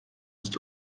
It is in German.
ist